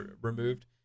removed